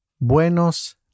Buenos